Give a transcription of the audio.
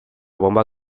bomba